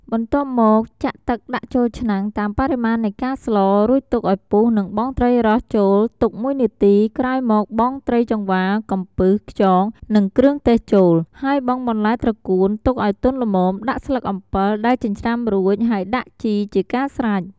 បន្ទាប់មកចាក់ទឹកដាក់ចូលឆ្នាំងតាមបរិមាណនៃការស្ល រួចទុកឱ្យពុះនិងបង់ត្រីរ៉ស់ចូលទុក១នាទី ក្រោយមកបង់ត្រីចង្វា កំពឹស ខ្យង និងគ្រឿងទេសចូល ហើយបង់បន្លែត្រកួនទុកឱ្យទន់ល្មមដាក់ស្លឹកអំពិលដែលចិញ្រ្ចាំរួច ហើយដាក់ជីជាការស្រេច។